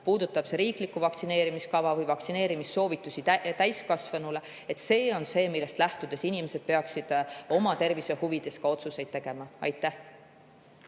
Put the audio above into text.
puudutab see siis riiklikku vaktsineerimiskava või vaktsineerimissoovitusi täiskasvanuile, on see, millest lähtudes inimesed peaksid oma tervise huvides otsuseid tegema. Aitäh